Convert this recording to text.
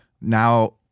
Now